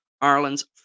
Ireland's